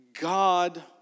God